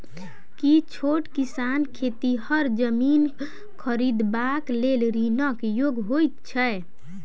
की छोट किसान खेतिहर जमीन खरिदबाक लेल ऋणक योग्य होइ छै?